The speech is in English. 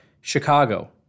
Chicago